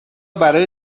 برای